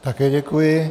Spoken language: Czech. Také děkuji.